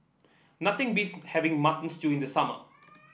nothing beats having Mutton Stew in the summer